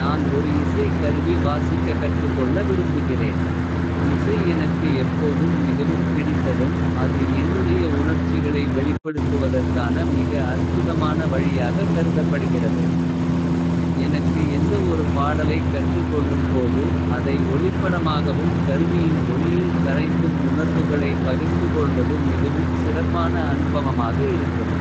நான் ஒரு இசை கருவி வாசிக்க கற்றுக்கொள்ள விரும்புகிறேன். இசை எனக்கு எப்போதும் மிகவும் பிடித்ததும். அது என்னுடைய உணர்ச்சிகளை வெளிப்படுத்துவதற்கான மிக. அற்புதமான வழியாக கருதப்படுகிறது எனக்கு எந்த ஒரு. பாடலை கற்றுக்கொள்ளும் போது அதை ஒளிப்படமாகவும். கருவியின் ஒலியில் கரைத்தும் உணர்வுகளை. பகிர்ந்துகொள்வது மிகவும் சிறப்பான அனுபவமாக இருக்கும்.